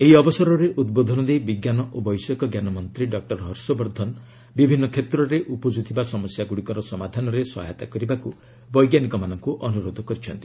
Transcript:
ଏହି ଅବସରରେ ଉଦ୍ବୋଧନ ଦେଇ ବିଜ୍ଞାନ ଓ ବୈଷୟିକଜ୍ଞାନ ମନ୍ତ୍ରୀ ଡକ୍କର ହବର୍ଷବର୍ଦ୍ଧନ ବିଭିନ୍ନ କ୍ଷେତ୍ରରେ ଉପ୍ରକ୍ରଥିବା ସମସ୍ୟାଗ୍ରଡ଼ିକର ସମାଧାନରେ ସହାୟତା କରିବାକୃ ବୈଜ୍ଞାନିକମାନଙ୍କୁ ଅନୁରୋଧ କରିଛନ୍ତି